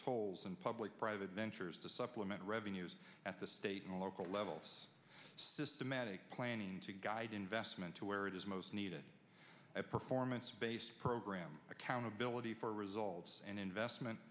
tolls and public private ventures to supplement revenues at the state and local levels systematic planning to guide investment to where it is most needed a performance based program accountability for results and investment